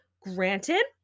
Granted